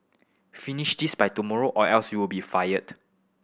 finish this by tomorrow or else you'll be fired